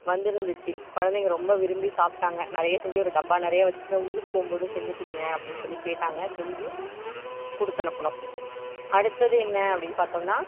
வந்துருந்துச்சு குழந்தைங்க ரொம்ப விரும்பி சாப்பிட்டாங்க நிறைய செஞ்சு ஒரு டப்பா நிறைய வச்சுருந்தேன் ஊருக்கு போகும்போதும் செஞ்சு கொடுங்க அப்படினு சொல்லி கேட்டாங்க செஞ்சு கொடுத்து அனுப்பினோம் அடுத்தது என்ன அப்படினு பார்த்தோம்னா